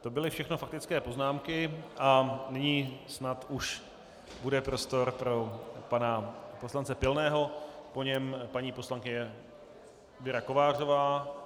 To byly všechno faktické poznámky a nyní snad už bude prostor pro pana poslance Pilného, po něm paní poslankyně Věra Kovářová.